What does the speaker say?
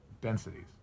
densities